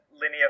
linear